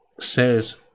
says